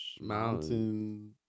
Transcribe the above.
mountain